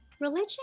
Religion